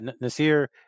Nasir